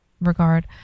regard